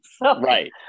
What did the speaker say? Right